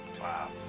wow